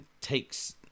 takes